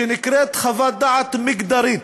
שנקראת חוות דעת מגדרית,